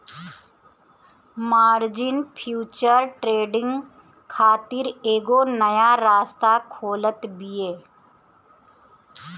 margin future trading खातिर एगो नया रास्ता खोलत बिया